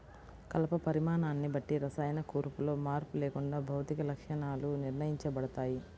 కలప పరిమాణాన్ని బట్టి రసాయన కూర్పులో మార్పు లేకుండా భౌతిక లక్షణాలు నిర్ణయించబడతాయి